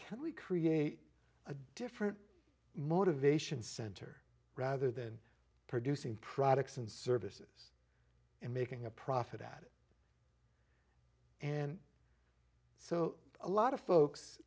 can we create a different motivation center rather than producing products and services and making a profit at it and so a lot of folks